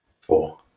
Four